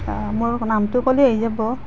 অ মোৰ নামটো ক'লেই আহি যাব